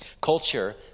Culture